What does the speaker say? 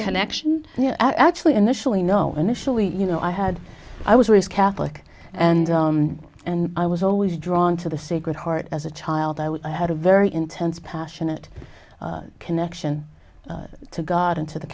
connection yeah actually initially no initially you know i had i was raised catholic and and i was always drawn to the sacred heart as a child i would i had a very intense passionate connection to god and to the